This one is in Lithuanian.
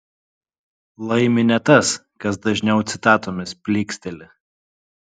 laimi ne tas kas dažniau citatomis plyksteli